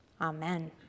Amen